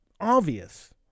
obvious